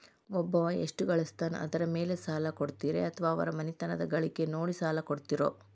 ಒಬ್ಬವ ಎಷ್ಟ ಗಳಿಸ್ತಾನ ಅದರ ಮೇಲೆ ಸಾಲ ಕೊಡ್ತೇರಿ ಅಥವಾ ಅವರ ಮನಿತನದ ಗಳಿಕಿ ನೋಡಿ ಸಾಲ ಕೊಡ್ತಿರೋ?